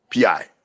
pi